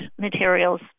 materials